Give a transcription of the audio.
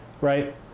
Right